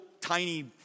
tiny